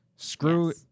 Screw